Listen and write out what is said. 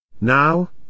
Now